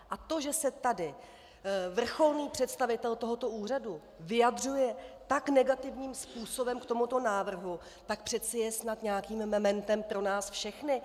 A to, že se tady vrcholný představitel tohoto úřadu vyjadřuje tak negativním způsobem k tomuto návrhu, přece je snad nějakým mementem pro nás všechny.